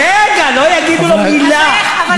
איתן, לא יגידו לו מילה.